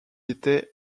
était